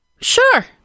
Sure